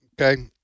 Okay